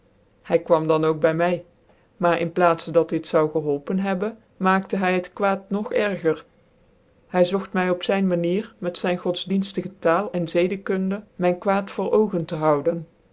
hy kwam dan ook by my maar in plaats dat dit zoude geholpen hebben maakte hy het kwaad nog erger hy zogt my op zyn manier met zyn godsdicnftige taal cn zcdekunde myn kwaad voor oogcn tc houden